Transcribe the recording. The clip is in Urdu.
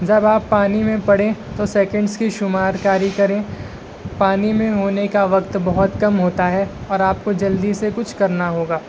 جب آپ پانی میں پڑیں تو سیکنڈس کی شمار کاری کریں پانی میں ہونے کا وقت بہت کم ہوتا ہے اور آپ کو جلدی سے کچھ کرنا ہوگا